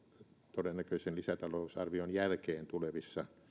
todennäköisen lisätalousarvion jälkeen tulevissa